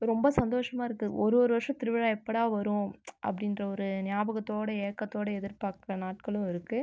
இப்போ ரொம்ப சந்தோஷமாக இருக்குது ஒரு ஒரு வர்ஷோம் திருவிழா எப்படா வரும் அப்படின்ற ஒரு ஞாபகத்தோட ஏக்கத்தோட எதிர் பார்க்கற நாட்களும் இருக்குது